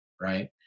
Right